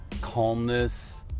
calmness